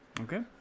Okay